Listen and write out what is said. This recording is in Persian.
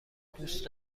دوست